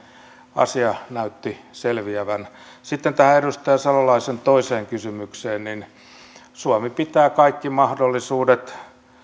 asia näytti selviävän sitten tähän edustaja salolaisen toiseen kysymykseen suomi pitää kaikki mahdollisuudet